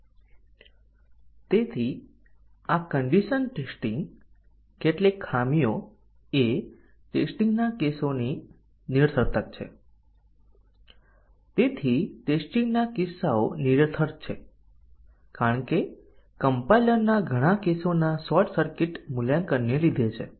તેથી તમામ atomic condition testing કેસના અમલ દરમિયાન કેટલીક વાર સાચા અને ખોટાનું મૂલ્યાંકન કરે છે અને સંપૂર્ણ ડીસીઝન સંપૂર્ણ અભિવ્યક્તિ પણ ટેસ્ટીંગ કેસના અમલ દરમિયાન સાચા અને ખોટાનું મૂલ્યાંકન કરે છે